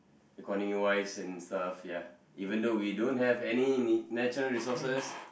economy wise and stuff ya even though we don't have any ni~ natural resources